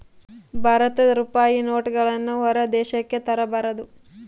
ಭಾರತದ ರೂಪಾಯಿ ನೋಟುಗಳನ್ನು ಹೊರ ದೇಶಕ್ಕೆ ತರಬಾರದು